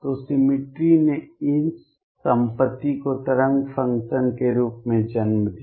तो सिमिट्री ने इस संपत्ति को तरंग फ़ंक्शन के रूप में जन्म दिया